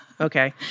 Okay